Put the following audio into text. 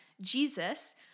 Jesus